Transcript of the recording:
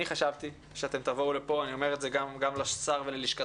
אני חשבתי שאתם תבואו לפה היום אני אומר את זה גם לשר וללשכתו